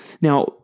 Now